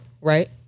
right